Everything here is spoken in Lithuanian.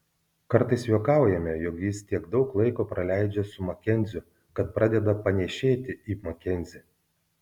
kartais juokaujame jog jis tiek daug laiko praleidžia su makenziu kad pradeda panėšėti į makenzį